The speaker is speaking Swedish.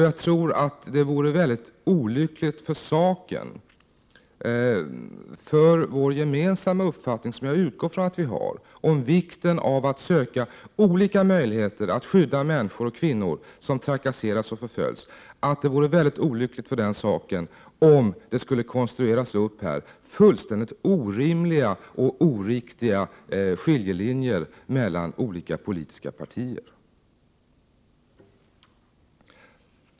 Jag tror att det vore mycket olyckligt för saken — vår gemensamma uppfattning, som jag utgår från att vi har, om vikten av att söka olika möjligheter att skydda människor, framför allt kvinnor, som trakasseras och förföljs — om det här skulle konstrueras helt orimliga och oriktiga skiljelinjer mellan olika politiska partier.